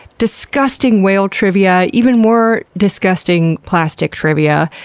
disgusting whale trivia, even more disgusting plastic trivia,